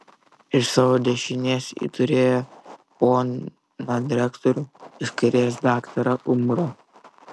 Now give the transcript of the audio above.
iš savo dešinės ji turėjo poną direktorių iš kairės daktarą umbrą